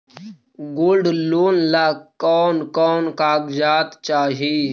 Gold loan ला कौन कौन कागजात चाही?